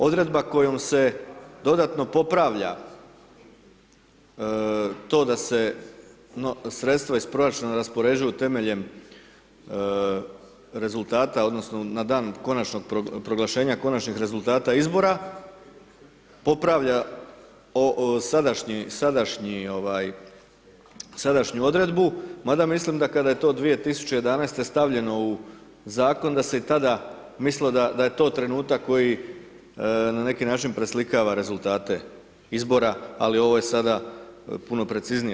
Odredba kojom se dodatno popravlja to da se sredstva iz proračuna raspoređuju temeljem rezultata odnosno na dan konačnog, proglašenja končanih rezultata izbora popravlja sadašnji, sadašnji ovaj, sadašnju odredbu mada mislim da kada je to 2011. stavljeno u zakon da se i tada mislilo da je to trenutak koji na neki način preslikava rezultate izbora, ali ovo je sada puno preciznije.